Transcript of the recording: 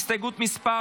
הסתייגות מס'